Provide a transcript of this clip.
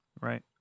Right